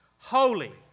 Holy